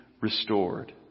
restored